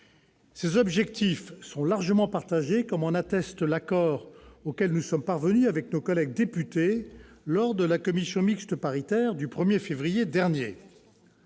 Ses objectifs sont largement partagés, comme en atteste l'accord auquel nous sommes parvenus avec nos collègues députés lors de la commission mixte paritaire du 1 février dernier.